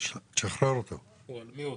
אלה שתי ההחלטות שהתקבלו לגבי רמת הגולן,